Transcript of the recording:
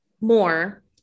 more